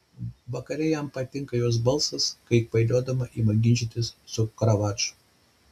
vakare jam patinka jos balsas kai ji kvailiodama ima ginčytis su karavadžu